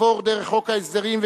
עבור דרך חוק ההסדרים,